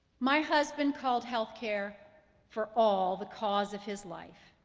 my husband called healthcare for all the cause of his life.